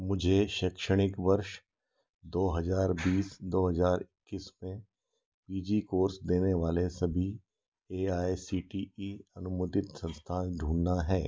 मुझे शैक्षणिक वर्ष दो हज़ार बीस दो हज़ार इक्कीस में पी जी कोर्स देने वाले सभी A I C T E अनुमोदित संस्थान ढूँढना है